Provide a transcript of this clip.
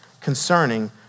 concerning